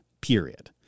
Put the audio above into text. period